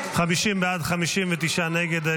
בעד, 59 נגד.